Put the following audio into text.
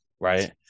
right